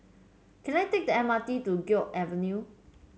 can I take the M R T to Guok Avenue